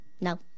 No